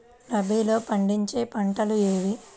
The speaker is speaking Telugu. రబీలో పండించే పంటలు ఏవి?